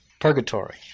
purgatory